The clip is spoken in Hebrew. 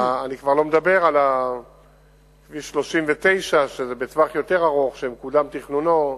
אני כבר לא מדבר על כביש 39 שזה בטווח יותר ארוך ממה תכננו קודם,